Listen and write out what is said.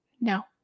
No